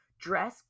dress